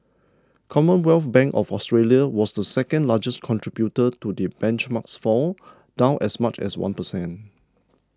Commonwealth Bank of Australia was the second largest contributor to the benchmark's fall down as much as one percent